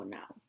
now